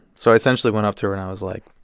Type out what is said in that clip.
so i essentially went up to her and i was like,